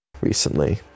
recently